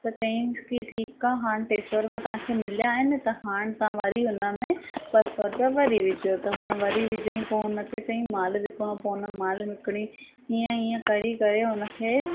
त चईसीं की ठीकु आहे हाणे टे सौ रुपया तव्हांखे मिलिया आहिनि त हाणे तव्हां वरी हुन में ॿ सौ रुपिया वरी विझो त हुन वरी विझईं पोइ हुन खे चयईं माल विकिणो पवंदो माल विकणई हीअं हीअं करी करे उन खे